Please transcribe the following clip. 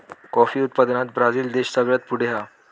coffee उत्पादनात Brazil देश सगळ्यात पुढे हा